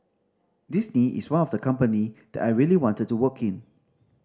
Disney is one of the company that I really wanted to work in